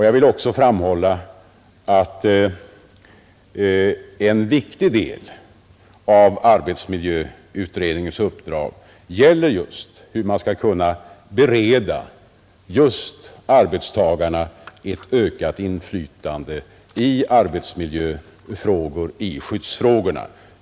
Jag vill också framhålla att en viktig del av arbetsmiljöutredningens uppdrag gäller hur man skall bereda just arbetstagarna ett ökat inflytande i miljöfrågor, i skyddsfrågor.